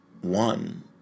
one